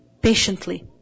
patiently